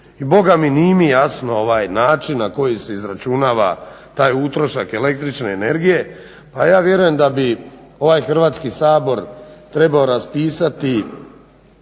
i bogami nije mi jasno ovaj način na koji se izračunava taj utrošak električne energije. Pa ja vjerujem da bi ovaj Hrvatski sabor trebao raspisati